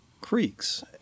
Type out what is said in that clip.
creeks